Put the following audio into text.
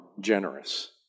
generous